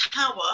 tower